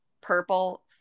purple